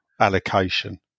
allocation